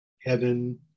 heaven